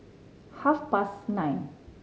half past nine